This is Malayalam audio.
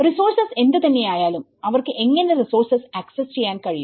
റിസോഴ്സസ് എന്ത് തന്നെയായാലുംഅവർക്ക് എങ്ങനെ റിസോഴ്സസ് ആക്സസ്സ് ചെയ്യാൻ കഴിയും